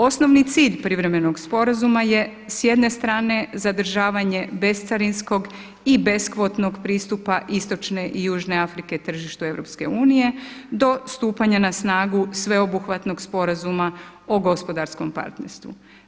Osnovni cilj privremenog sporazuma je s jedne strane zadržavanje bescarinskog i beskvotnog pristupa istočne i južne Afrike tržištu EU do stupanja na snagu sveobuhvatnog sporazuma o gospodarskom partnerstvu.